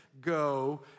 Go